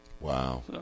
Wow